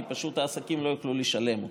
כי פשוט העסקים לא יוכלו לשלם אותו.